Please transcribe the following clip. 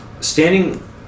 standing